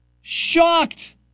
Shocked